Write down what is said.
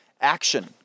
action